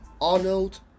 Arnold